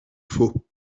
faux